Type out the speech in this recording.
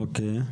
אוקיי.